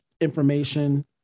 information